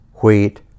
wheat